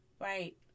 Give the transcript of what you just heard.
right